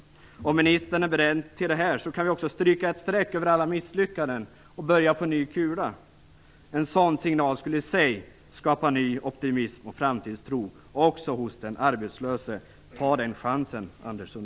Om arbetsmarknadsministern är beredd till det kan vi stryka ett streck över alla misslyckanden och börja på ny kula. En sådan signal skulle i sig skapa ny optimism och framtidstro också hos den arbetslöse. Ta den chansen,